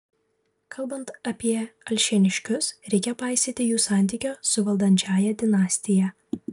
kalbant apie alšėniškius reikia paisyti jų santykio su valdančiąja dinastija